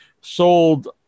sold